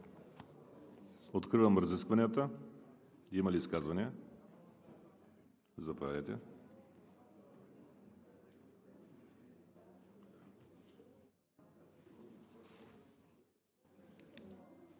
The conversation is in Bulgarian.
Откривам разискванията. Има ли изказвания? Заповядайте.